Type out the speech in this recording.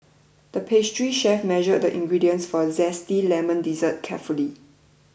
the pastry chef measured the ingredients for a Zesty Lemon Dessert carefully